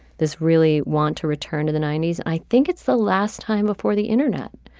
this really want to return to the ninety s. i think it's the last time before the internet.